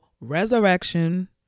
resurrection